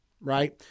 Right